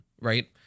Right